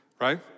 right